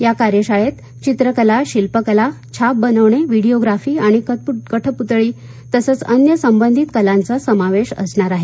या कार्यशाळेत चित्रकला शिल्पकला छाप बनविणे विडीयोग्राफी आणि कठपुतळी तसंच अन्य संबंधित कलांचा समावेश असणार आहे